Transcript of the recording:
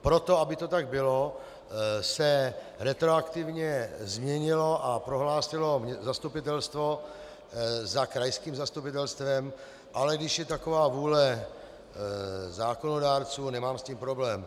Pro to, aby to tak bylo, se retroaktivně změnilo a prohlásilo zastupitelstvo za krajským zastupitelstvem, ale když je taková vůle zákonodárců, nemám s tím problém.